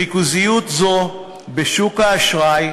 ריכוזיות זו בשוק האשראי,